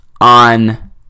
on